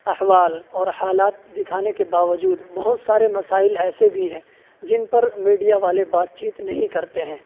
احوال اور حالات دکھانے کے باوجود بہت سارے مسائل ایسے بھی ہیں جن پر میڈیا والے بات چیت نہیں کرتے ہیں